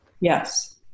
Yes